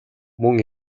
мөн